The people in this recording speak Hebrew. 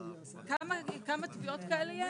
כמה תביעות כאלה יש.